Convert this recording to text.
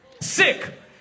Sick